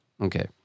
Okay